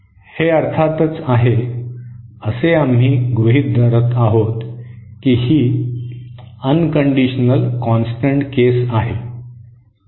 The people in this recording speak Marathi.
हे अर्थातच आहे असे आम्ही गृहित धरत आहोत की ही बिनशर्त स्थिर बाब आहे